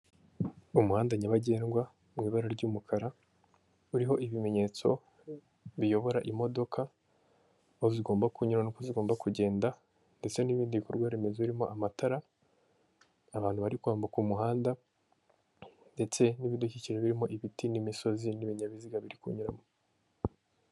Umuhanda urimo imodoka zitari nyinshi iy'umutuku inyuma, imbere hari izindi n'amamoto hepfo tukabona urukamyo runini cyane bisa nk'aho ari rwarundi ruterura izindi, mu muhanda tukabonamo icyapa kiriho umweru tukabonamo amapoto rwose y'amatara amurikira umuhanda.